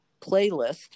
playlist